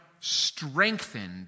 strengthened